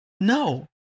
no